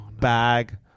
bag